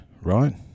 right